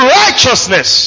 righteousness